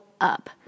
up